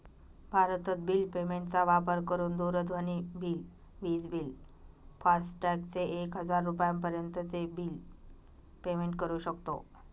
भारतत bill payment चा वापर करून दूरध्वनी बिल, विज बिल, फास्टॅग चे एक हजार रुपयापर्यंत चे बिल पेमेंट करू शकतो